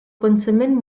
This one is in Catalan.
pensament